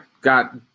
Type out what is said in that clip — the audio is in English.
got